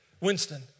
Winston